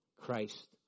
christ